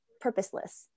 purposeless